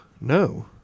no